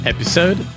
Episode